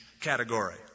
category